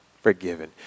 forgiven